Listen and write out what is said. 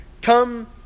come